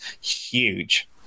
huge